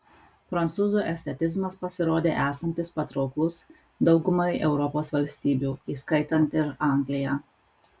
prancūzų estetizmas pasirodė esantis patrauklus daugumai europos valstybių įskaitant ir angliją